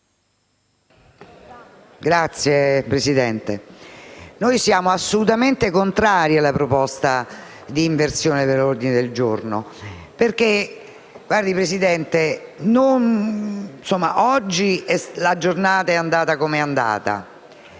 Signor Presidente, noi siamo assolutamente contrari alla proposta di inversione dell'ordine del giorno. Oggi la giornata è andata com'è andata